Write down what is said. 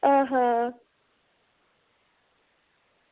अं हा